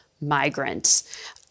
migrants